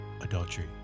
adultery